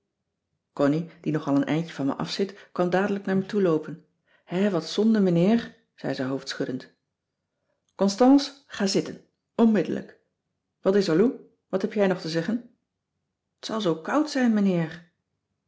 connie die nog al een eindje van me afzit kwam dadelijk naar me toeloopen hè wat zonde meneer zei ze hoofdschuddend constance ga zitten onmiddellijk wat is er lou wat heb jij nog te zeggen t zal zoo koud zijn